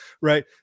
right